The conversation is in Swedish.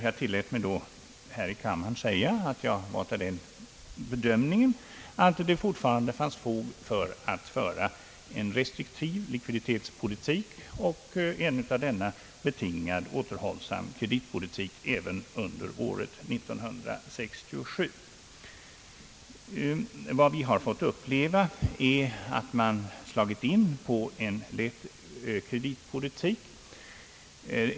Jag tillät mig då att här i kammaren säga att min bedömning var att det fortfarande fanns fog för att föra en restriktiv likviditetspolitik och en av denna betingad återhållsam kreditpolitik även under år 1967. Vad vi har fått uppleva är att man slagit in på en lätt kreditpolitik.